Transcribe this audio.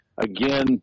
again